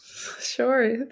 Sure